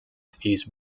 refused